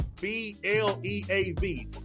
B-L-E-A-V